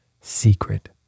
secret